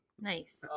Nice